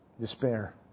despair